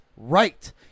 right